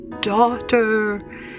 daughter